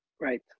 Right